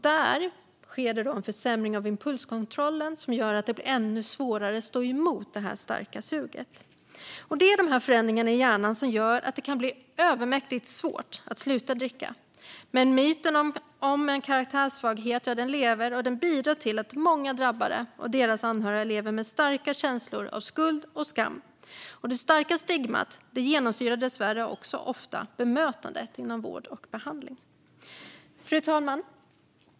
Där sker en försämring av impulskontrollen som gör att det blir ännu svårare att stå emot det starka suget. Det är dessa förändringar i hjärnan som gör att det kan bli övermäktigt svårt att sluta dricka. Men myten om karaktärssvaghet lever. Den bidrar till att många drabbade och deras anhöriga lever med starka känslor av skuld och skam. Det starka stigmat genomsyrar dessvärre också ofta bemötandet inom vård och behandling. Fru talman!